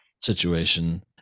situation